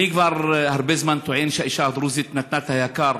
אני כבר הרבה זמן טוען שהאישה הדרוזית נתנה את היקר